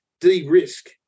de-risk